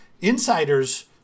insiders